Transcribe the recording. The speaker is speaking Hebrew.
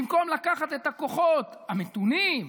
במקום לקחת את הכוחות המתונים,